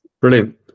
Brilliant